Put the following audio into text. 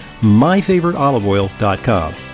MyFavoriteOliveOil.com